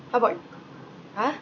how about you !huh!